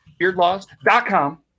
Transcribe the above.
beardlaws.com